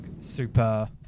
super